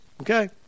Okay